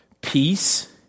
peace